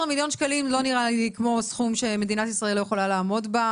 15 מיליון שקלים לא נראה לי כמו סכום שמדינת ישראל לא יכולה לעמוד בו,